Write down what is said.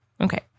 okay